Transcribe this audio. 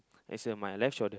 as in my left shoulder